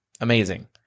Amazing